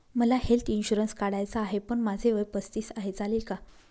मला health insurance काढायचा आहे पण माझे वय पस्तीस आहे, चालेल का?